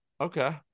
Okay